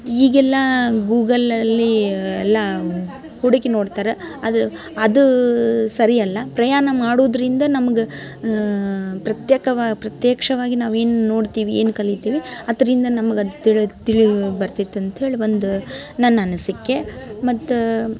ಈಗೆಲ್ಲ ಗೂಗಲಲ್ಲಿ ಎಲ್ಲ ಹುಡುಕಿ ನೋಡ್ತಾರ ಅದು ಅದು ಸರಿ ಅಲ್ಲ ಪ್ರಯಾಣ ಮಾಡೋದರಿಂದ ನಮ್ಗೆ ಪ್ರತೇಕ್ಯ ಪ್ರತ್ಯಕ್ಷವಾಗಿ ನಾವು ಏನು ನೋಡ್ತೀವಿ ಏನು ಕಲೀತೀವಿ ಅದರಿಂದ ನಮ್ಗೆ ಅದು ತಿಳಿದು ತಿಳೀ ಬರ್ತೈತೆ ಅಂತ್ಹೇಳಿ ಒಂದು ನನ್ನ ಅನಿಸಿಕೆ ಮತ್ತು